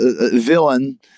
villain